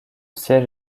siège